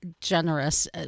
generous